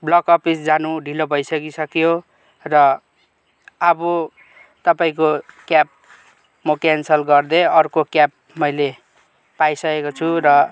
block office जानु ढिलो भइसकिसक्यो र अब तपाईँको क्याब म क्यान्सल गरिदिएँ अर्को क्याब मैले पाइसकेको छु र